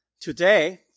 Today